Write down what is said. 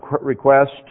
request